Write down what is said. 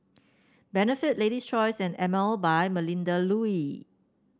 Benefit Lady's Choice and Emel by Melinda Looi